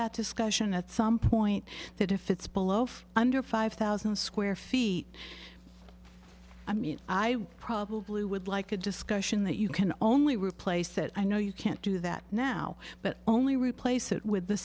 that discussion at some point that if it's below of under five thousand square feet i mean i probably would like a discussion that you can only replace it i know you can't do that now but only replace it with the